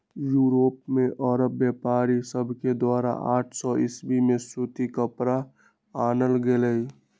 Europe में अरब व्यापारिय सभके द्वारा आठ सौ ईसवी में सूती कपरा आनल गेलइ